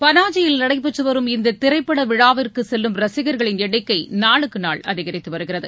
பனாஜியில் நடைபெற்று வரும் இந்த திரைப்பட விழாவிற்கு செல்லும் ரசிகர்களின் எண்ணிக்கை நாளுக்கு நாள் அதிகரித்து வருகிறது